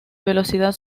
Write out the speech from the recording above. velocidad